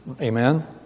Amen